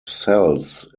cells